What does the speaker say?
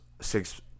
six